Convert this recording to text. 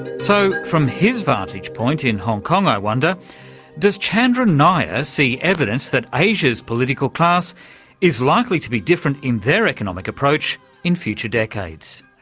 so from his vantage point in hong kong, i wonder does chandran nair ah see evidence that asia's political class is likely to be different in their economic approach in future decades?